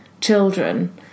children